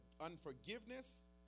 unforgiveness